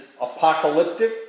apocalyptic